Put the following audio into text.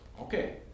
Okay